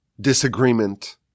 disagreement